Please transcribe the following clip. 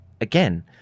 again